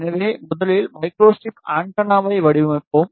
எனவே முதலில் மைக்ரோஸ்ட்ரிப் ஆண்டெனாவை வடிவமைப்போம்